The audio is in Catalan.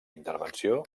intervenció